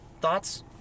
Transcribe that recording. Thoughts